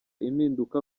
impinduka